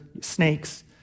snakes